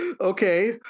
Okay